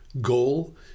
goal